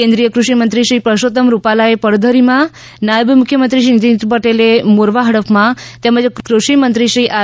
કેન્દ્રીય કૃષિ મંત્રીશ્રી પરશોત્તમ રૂપાલાએ પડધરી માં નાયબ મુખ્યમંત્રીશ્રી નીતિન પટેલે મોરવાહડફ માં તેમજ કૃષિમંત્રીશ્રી આર